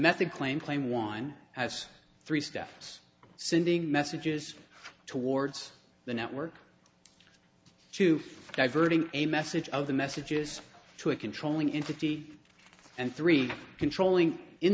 method claimed claim wine has three staffs sending messages towards the network two for diverting a message of the messages to a controlling into d and three controlling in